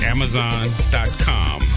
Amazon.com